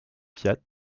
fiat